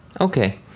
Okay